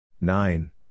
Nine